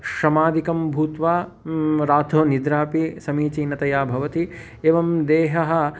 श्रमाधिकं भूत्वा रात्रौ निद्रापि समीचीनतया भवति एवं देहः